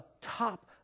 top